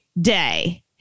day